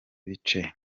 bice